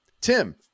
Tim